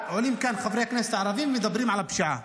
עולים כאן חברי כנסת ערבים ומדברים על הפשיעה.